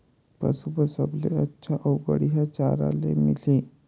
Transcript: पशु बार सबले अच्छा अउ बढ़िया चारा ले मिलही?